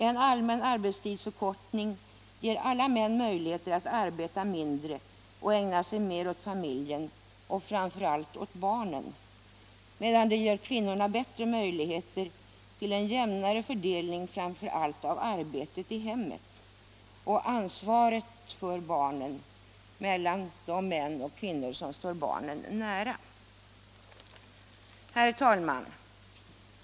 En allmän arbetstidsförkortning ger alla män möjligheter att arbeta mindre och ägna sig mer åt familjen, framför allt åt barnen, medan den ger kvinnorna bättre möjligheter till en jämnare fördelning av arbetet i hemmet och ansvaret för barnen mellan de män och kvinnor som står barnen nära. Herr talman!